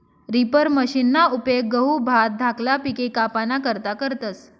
reaper मशिनना उपेग गहू, भात धाकला पिके कापाना करता करतस